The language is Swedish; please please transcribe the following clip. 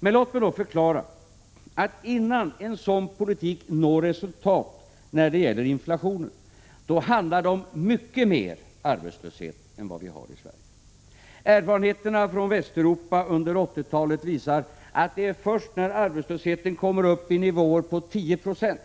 Men låt mig då förklara att innan man med en sådan politik når resultat när det gäller inflationen handlar det om en mycket större arbetslöshet än den vi har i Sverige. Erfarenheterna från Västeuropa under 1980-talet visar att det är först när arbetslösheten kommer upp i nivåer kring 10 96